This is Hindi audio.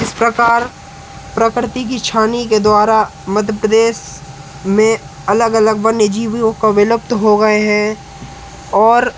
जिस प्रकार प्रकृति की छानी के द्वारा मध्य प्रदेश में अलग अलग वन्य जीव विलुप्त हो गए हैं और